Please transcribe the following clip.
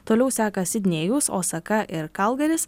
toliau seka sidnėjus osaka kalgaris